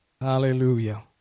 hallelujah